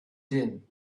din